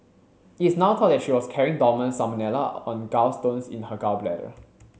it is now thought that she was carrying dormant salmonella on gallstones in her gall bladder